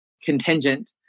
Contingent